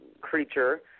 creature